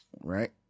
Right